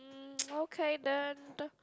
mm okay then